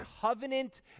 covenant